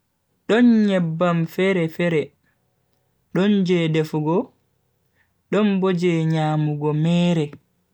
Don nyebbam fere-fere, don je defugo don bo je nyamugo mere.